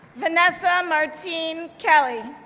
vanessa martine kelley,